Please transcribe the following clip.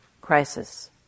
crisis